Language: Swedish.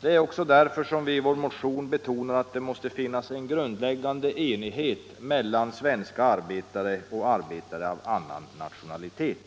Det är också därför som vi i vår motion betonar att det måste finnas en grundläggande enighet mellan svenska arbetare och arbetare av annan nationalitet.